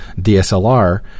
DSLR